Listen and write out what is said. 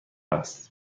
است